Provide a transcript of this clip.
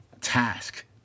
task